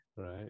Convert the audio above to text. Right